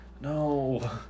No